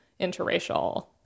interracial